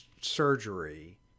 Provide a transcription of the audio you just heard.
surgery